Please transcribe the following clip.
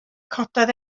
cododd